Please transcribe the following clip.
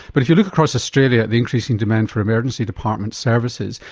but if you look across australia the increase in demand for emergency department services,